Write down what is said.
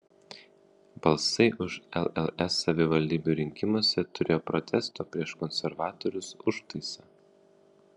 balsai už lls savivaldybių rinkimuose turėjo protesto prieš konservatorius užtaisą